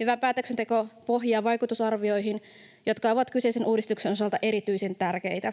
Hyvä päätöksenteko pohjaa vaikutusarvioihin, jotka ovat kyseisen uudistuksen osalta erityisen tärkeitä.